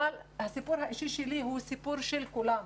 אבל הסיפור האישי שלי הוא סיפור של כולם,